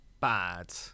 bad